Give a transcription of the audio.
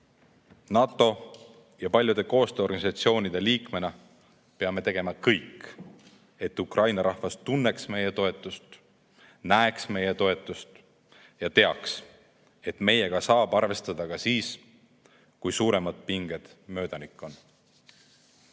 NATO ja paljude koostööorganisatsioonide liikmena peame tegema kõik, et Ukraina rahvas tunneks meie toetust, näeks meie toetust ja teaks, et meiega saab arvestada ka siis, kui suuremad pinged on möödanik.